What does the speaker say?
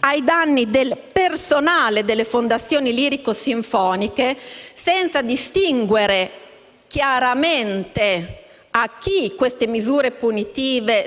ai danni del personale delle fondazioni lirico-sinfoniche, senza distinguere chiaramente a chi dette misure